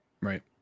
Right